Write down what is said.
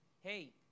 hey